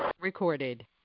Recorded